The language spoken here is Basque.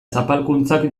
zapalkuntzak